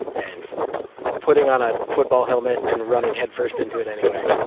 and putting on a football helmet and running headfirst into it anyway.